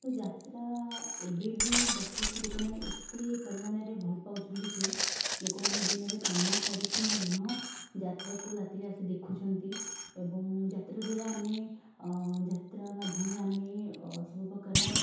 ତ ଯାତ୍ରା ଏବେ ବି ଯାତ୍ରାକୁ ଲୋକମାନେ ଏତେ ପରିମାଣରେ ଭଲ ପାଉଛନ୍ତି ଯେ ଲୋକମାନେ ଦିନରେ କାମ କରିକି ମଧ୍ୟ ଯାତ୍ରାକୁ ରାତିରେ ଆସି ଦେଖୁଛନ୍ତି ଏବଂ ଯାତ୍ରା ଦ୍ୱାରା ଆମେ ଯାତ୍ରା ମାଧ୍ୟମରେ ଆମେ ସବୁପ୍ରକାର